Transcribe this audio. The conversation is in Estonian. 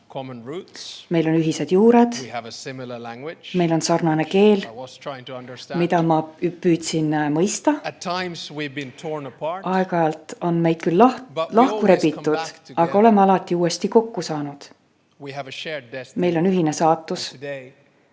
meil on ühised juured, meil on sarnane keel, mida ma püüdsin mõista. Aeg-ajalt on meid küll lahku rebitud, aga oleme alati uuesti kokku saanud. Meil on ühine saatus